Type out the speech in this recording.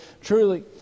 truly